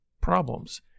problems